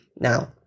now